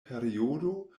periodo